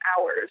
hours